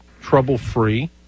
trouble-free